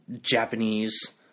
Japanese